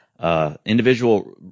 Individual